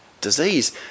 disease